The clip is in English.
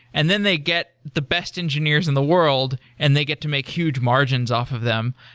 and then, they get the best engineers in the world and they get to make huge margins off of them.